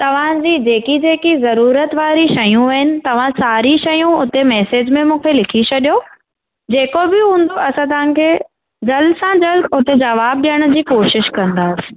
तव्हांजी जेकी जेकी ज़रूरत वारी शयूं आहिनि तव्हां सारी शयूं उते मैसेज में मूंखे लिखी छॾियो जेको बि हूंदो असां तव्हां खे जल्द सां जल्दु उते जवाबु ॾियण जी कोशिशि कंदासीं